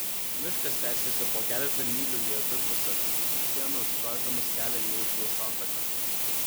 miškas tęsėsi po keletą mylių į abi puses lyg siena užtverdamas kelią į upių santaką